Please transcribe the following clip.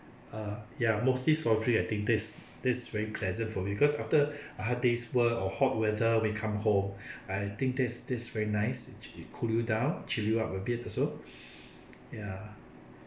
uh ya mostly soft drinks I think that's that's very pleasant for me because after a hard day's work or hot weather we come home and I think that's that's very nice it cool you down chill you up a bit also ya